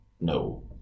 No